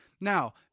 Now